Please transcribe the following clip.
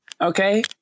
Okay